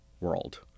world